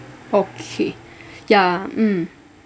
okay yeah mm